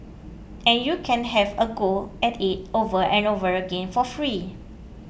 and you can have a go at it over and over again for free